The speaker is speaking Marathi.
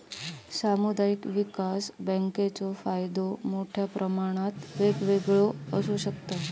सामुदायिक विकास बँकेचो फायदो मोठ्या प्रमाणात वेगवेगळो आसू शकता